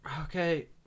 Okay